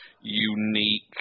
unique